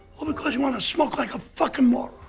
all because you want to smoke like a fucking moron.